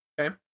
Okay